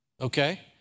Okay